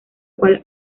cual